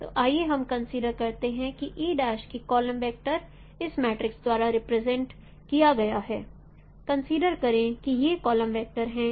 तो आइए हम कंसीडर करते हैं कि कि कॉलम वेक्टर द्वारा रिप्रेजेंट किया गया है कंसीडर करें कि ये कॉलम वैक्टर हैं